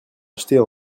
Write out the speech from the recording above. acheter